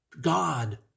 God